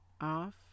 off